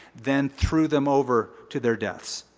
then threw them over to their deaths.